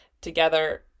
together